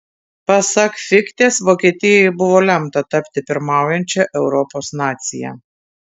pasak fichtės vokietijai buvo lemta tapti pirmaujančia europos nacija